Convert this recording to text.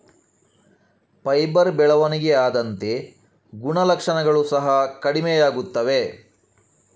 fibre ಬೆಳವಣಿಗೆ ಆದಂತೆ ಗುಣಲಕ್ಷಣಗಳು ಸಹ ಕಡಿಮೆಯಾಗುತ್ತವೆ